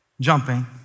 Jumping